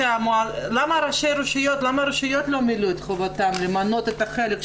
למה הרשויות לא מילאו את חובתן למנות את החלק שלהן?